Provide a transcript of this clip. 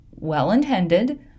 well-intended